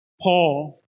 Paul